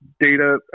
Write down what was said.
data